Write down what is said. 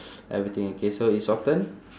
everything okay so it's your turn